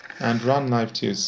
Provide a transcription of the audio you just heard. and run livetoc.